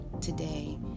Today